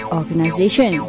organization